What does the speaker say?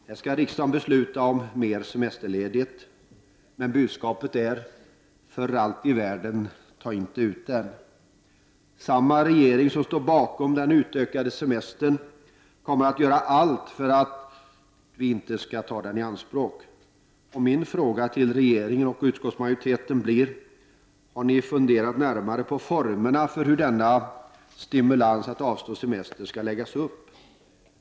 Här skall riksdagen besluta om mer semesterledigt. Budskapet är dock: Ta för allt i världen inte ut den. Samma regering som står bakom den utökade semestern kommer att göra allt för att man inte skall ta den i anspråk. Min fråga till regeringen och utskottsmajoriteten blir om ni har funderat närmare på formerna för hur denna stimulans att avstå semester skall läggas upp.